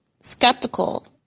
skeptical